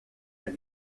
der